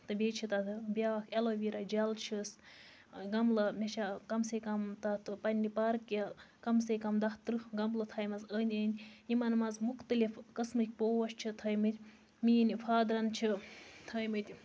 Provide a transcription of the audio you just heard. تہٕ بیٚیہِ چھُ تَتھ بیٛاکھ ایلویرا جَل چھِس گَملہٕ مےٚ چھا اَتھ کَم سے کَم تتہِ پَنٕنہِ پارکہِ کَم سے کَم دَہ ترٕٛہ گَملہٕ تھاومَژٕ أنٛدۍ أنٛدۍ یِمن منٛز مُختٔلِف قٔسمٕکۍ پوش چھِ تھٲومٕتۍ میٛٲنۍ فادرَن چھِ تھٲومٕتۍ